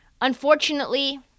Unfortunately